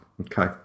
okay